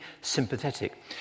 sympathetic